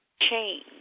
change